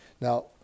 Now